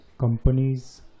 companies